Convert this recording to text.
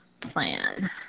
plan